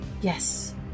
Yes